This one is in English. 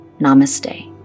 Namaste